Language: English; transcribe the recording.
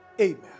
Amen